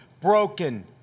broken